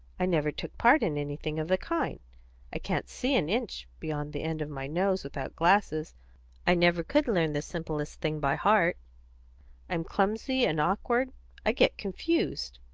i never took part in anything of the kind i can't see an inch beyond the end of my nose without glasses i never could learn the simplest thing by heart i'm clumsy and awkward i get confused.